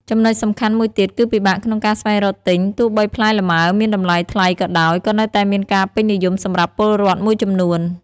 ចំណុចសំខាន់មួយទៀតគឺពិបាកក្នុងការស្វែងរកទិញ ទោះបីផ្លែលម៉ើមានតម្លៃថ្លៃក៏ដោយ ក៏នៅតែមានការពេញនិយមសម្រាប់ពលរដ្ឋមួយចំនួន។